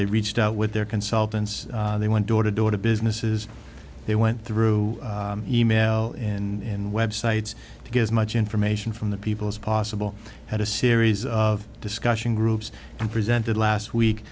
they reached out with their consultants they went door to door to businesses they went through email in web sites to get as much information from the people as possible had a series of discussion groups and presented last week